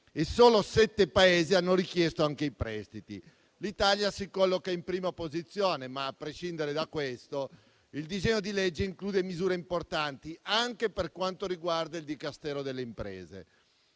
e solo sette Paesi hanno richiesto anche i prestiti. L'Italia si colloca in prima posizione, ma, a prescindere da questo, il disegno di legge include misure importanti anche per quanto riguarda il Dicastero delle imprese.